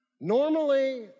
Normally